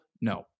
No